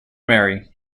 marry